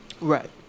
right